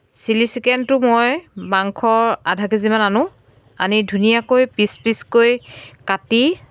chilli চিকেনটো মই মাংস আধা কে জি মান আনো আনি ধুনীয়াকৈ পিচ পিচকৈ কাটি